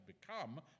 become